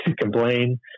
complain